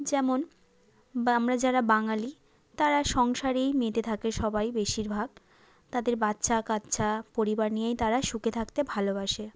যেমন বা আমরা যারা বাঙালি তারা সংসারেই মেতে থাকে সবাই বেশিরভাগ তাদের বাচ্চা কাচ্চা পরিবার নিয়েই তারা সুখে থাকতে ভালোবাসে